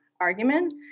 argument